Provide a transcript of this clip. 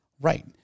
Right